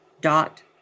dot